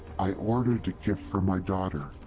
i ordered a gift for my daughter.